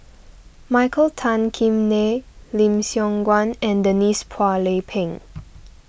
Michael Tan Kim Nei Lim Siong Guan and Denise Phua Lay Peng